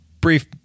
brief